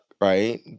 right